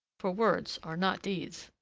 for words are not deeds.